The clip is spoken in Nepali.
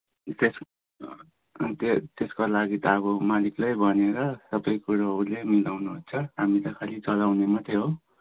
त्यसको त्यसको लागि त अब मालिकलाई भनेर सबै कुरो उसले मिलाउनुहुन्छ हामी त खालि चलाउने मात्रै हो